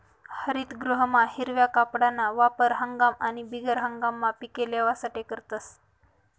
हरितगृहमा हिरवा कापडना वापर हंगाम आणि बिगर हंगाममा पिके लेवासाठे करतस